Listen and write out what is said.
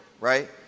right